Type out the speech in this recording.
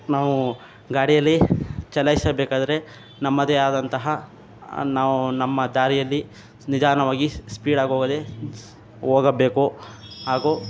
ನಾವು ಗಾಡಿಯಲ್ಲಿ ಚಲಾಯಿಸಬೇಕಾದರೆ ನಮ್ಮದೇ ಆದಂತಹ ನಾವು ನಮ್ಮ ದಾರಿಯಲ್ಲಿ ನಿಧಾನವಾಗಿ ಸ್ಪೀಡಾಗಿ ಹೋಗದೆ ಹೋಗಬೇಕು ಹಾಗೂ